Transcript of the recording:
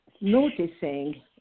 noticing